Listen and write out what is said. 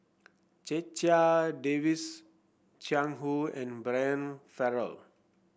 Checha Davies Jiang Hu and Brian Farrell